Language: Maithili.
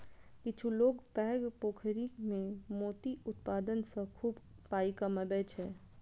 किछु लोक पैघ पोखरि मे मोती उत्पादन सं खूब पाइ कमबै छै